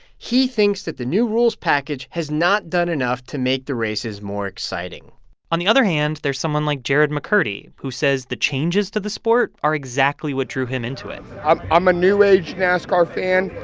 he thinks that the new rules package has not done enough to make the races more exciting on the other hand, there's someone like jared mccurdy, who says the changes to the sport are exactly what drew him into it i'm a new age nascar fan.